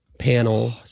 Panel